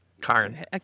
Karn